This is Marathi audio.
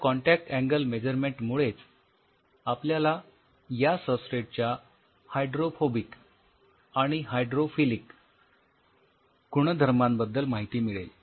ह्या कॉन्टॅक्ट अँगल मेझरमेन्ट मुळेच आपल्याला या सबस्ट्रेटच्या हायड्रोफोबिक आणि हायड्रोफिलिक गुणधर्माबद्दल माहिती मिळेल